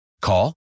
Call